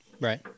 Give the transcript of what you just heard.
Right